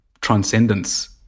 transcendence